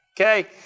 Okay